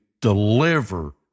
deliver